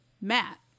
Matt